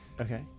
Okay